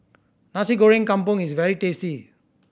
Nasi Goreng Kampung is very tasty